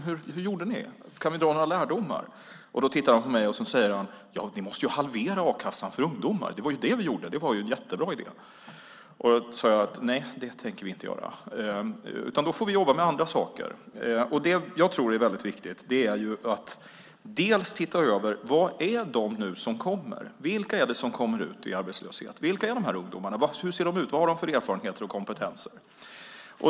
Hur gjorde ni? Kan vi dra några lärdomar? Han tittade på mig och sade: Ni måste ju halvera a-kassan för ungdomar. Det var det vi gjorde. Det var ju en jättebra idé! Nej, sade jag, det tänker vi inte göra. Då får vi jobba med andra saker. Det jag tror är väldigt viktigt är att titta över: Vilka är de som kommer ut i arbetslöshet? Vilka är de ungdomarna? Hur ser de ut? Vad har de för erfarenheter och kompetenser?